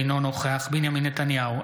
אינו נוכח בנימין נתניהו,